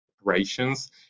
operations